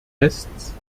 tests